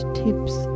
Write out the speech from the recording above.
tips